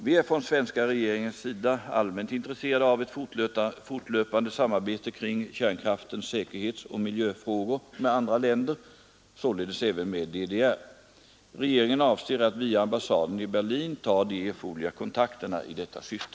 Vi är från svenska regeringens sida allmänt intresserade av ett fortlöpande samarbete kring kärnkraftens säkerhetsoch miljöfrågor med andra länder, således även med DDR. Regeringen avser att via ambassaden i Berlin ta de erforderliga kontakternaii detta syfte.